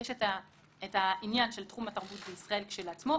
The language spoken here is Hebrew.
יש עניין של תחום התרבות בישראל כשלעצמו,